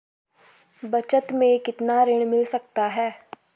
बचत मैं कितना ऋण मिल सकता है?